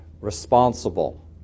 responsible